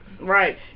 Right